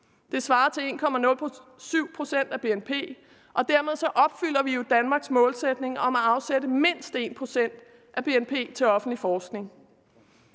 Det svarer til 1,07 pct. af BNP, og dermed opfylder vi jo Danmarks målsætning om at afsætte mindst 1 pct. af BNP til offentlig forskning.